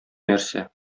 нәрсә